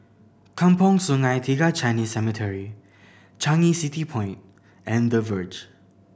Kampong Sungai Tiga Chinese Cemetery Changi City Point and The Verge